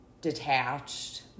detached